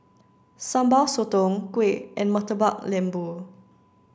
Sambal Sotong Kuih and Murtabak Lembu